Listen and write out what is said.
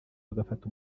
bagafata